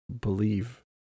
believe